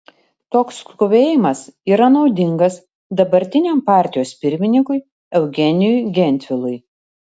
toks skubėjimas yra naudingas dabartiniam partijos pirmininkui eugenijui gentvilui